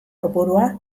kopurua